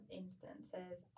instances